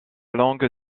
langue